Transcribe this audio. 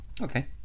Okay